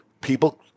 People